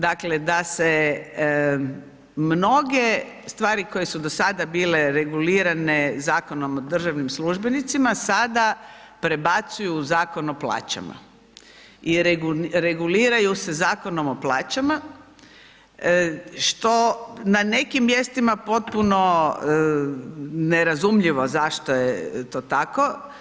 Dakle, da se mnoge stvari koje su do sada bile regulirane Zakonom o državnim službenicima sada prebacuju u Zakon o plaćama i reguliraju se Zakonom o plaćama, što na nekim mjestima potpuno nerazumljivo zašto je to tako.